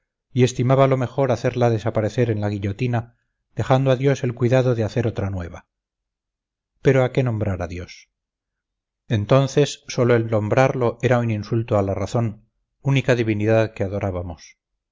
y estimaba lo mejor hacerla desaparecer en la guillotina dejando a dios el cuidado de hacer otra nueva pero a qué nombrar a dios entonces sólo el nombrarlo era un insulto a la razón única divinidad que adorábamos